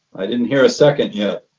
i didn't hear a second yet.